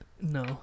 No